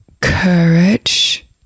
courage